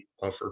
buffer